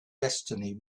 destiny